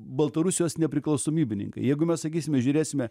baltarusijos nepriklausomybininkai jeigu mes sakysime žiūrėsime